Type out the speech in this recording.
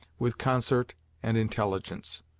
with concert and intelligence.